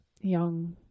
young